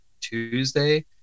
Tuesday